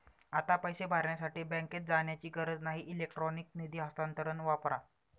आता पैसे भरण्यासाठी बँकेत जाण्याची गरज नाही इलेक्ट्रॉनिक निधी हस्तांतरण वापरा